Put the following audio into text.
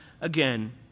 again